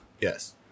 Yes